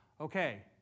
okay